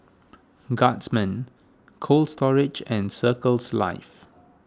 Guardsman Cold Storage and Circles Life